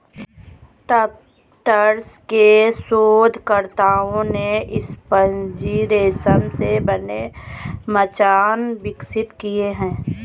Tufts के शोधकर्ताओं ने स्पंजी रेशम से बने मचान विकसित किए हैं